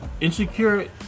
insecure